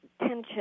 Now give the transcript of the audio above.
tension